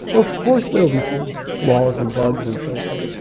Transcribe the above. of course there will be flaws and bugs and so forth.